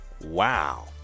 Wow